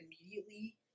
immediately